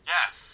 Yes